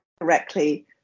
correctly